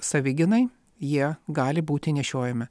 savigynai jie gali būti nešiojami